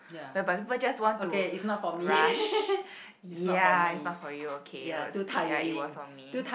whereby people just want to rush ya it was not for you okay it ya it was on me